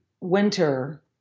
winter